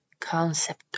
concept